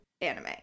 anime